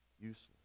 useless